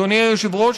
אדוני היושב-ראש,